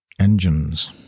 engines